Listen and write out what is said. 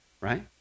right